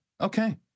Okay